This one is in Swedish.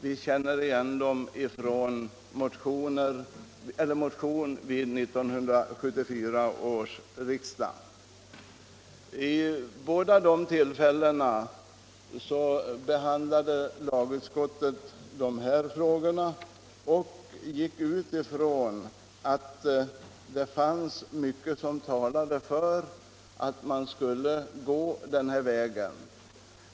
Vi känner igen dem från en motion till 1974 års riksdag. Vid båda dessa tillfällen utgick lagutskottet ifrån att det fanns mycket som talade för att man skulle gå den nu föreslagna vägen.